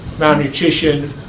Malnutrition